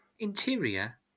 Interior